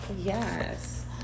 yes